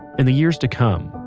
in the years to come,